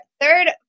third